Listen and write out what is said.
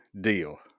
deal